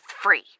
free